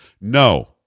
No